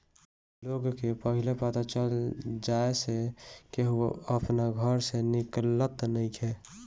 लोग के पहिले पता चल जाए से केहू अपना घर से निकलत नइखे